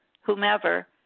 whomever